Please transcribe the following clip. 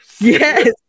Yes